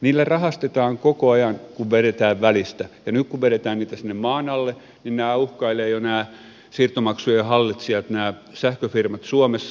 niillä rahastetaan koko ajan kun vedetään välistä ja nyt kun vedetään niitä sinne maan alle niin nämä uhkailee jo nämä siirtomaksujen hallitsijat nämä sähköfirmat suomessa